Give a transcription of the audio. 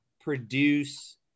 produce